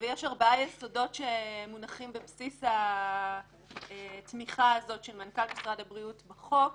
יש ארבעה יסודות שמונחים בבסיס התמיכה הזאת של מנכ"ל משרד הבריאות בחוק.